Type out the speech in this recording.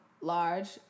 large